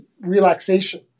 relaxation